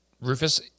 Rufus